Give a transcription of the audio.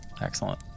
Excellent